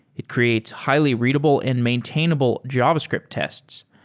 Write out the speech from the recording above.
it creates highly readable and maintainable javascript tests.